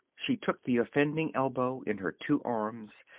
she took the offending elbow in her two arms,